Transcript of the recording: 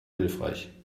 hilfreich